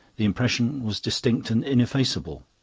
the impression was distinct and ineffaceable.